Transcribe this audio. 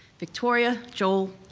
victoria, joel,